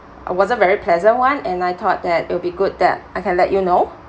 a wasn't very pleasant one and I thought that it'll be good that I can let you know